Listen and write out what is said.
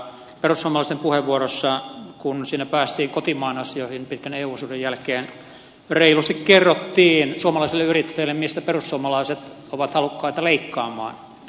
perussuomalaisten puheenvuorossa kun siinä päästiin kotimaan asioihin pitkän eu osuuden jälkeen reilusti kerrottiin suomalaisille yrittäjille mistä perussuomalaiset ovat halukkaita leikkaamaan